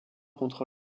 contre